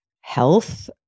health